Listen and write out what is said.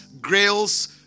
grails